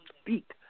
speak